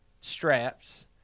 straps